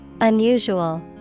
Unusual